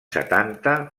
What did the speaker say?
setanta